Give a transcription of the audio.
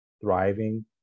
thriving